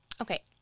Okay